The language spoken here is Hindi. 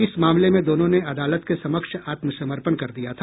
इस मामले में दोनों ने अदालत के समक्ष आत्मसमर्पण कर दिया था